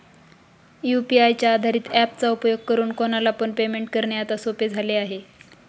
UPI च्या आधारित app चा उपयोग करून कोणाला पण पेमेंट करणे आता सोपे झाले आहे